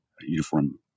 uniform